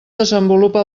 desenvolupa